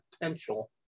potential